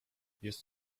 jest